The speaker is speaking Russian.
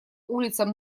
улицам